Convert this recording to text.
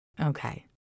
Okay